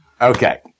Okay